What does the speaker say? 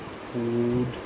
food